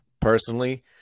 personally